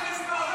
התשפ"ה